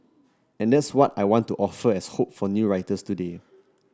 and that's what I want to offer as hope for new writers today